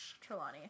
Trelawney